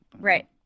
Right